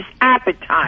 appetite